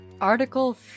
Article